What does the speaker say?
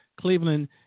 Cleveland